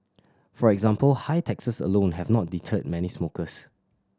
for example high taxes alone have not deterred many smokers